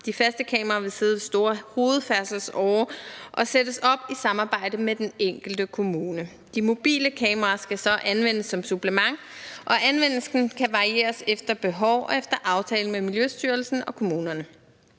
De faste kameraer vil sidde ved store hovedfærdselsårer og sættes op i samarbejde med den enkelte kommune. De mobile kameraer skal så anvendes som supplement, og anvendelsen kan varieres efter behov og efter aftale med Miljøstyrelsen og kommunerne.